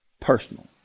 personal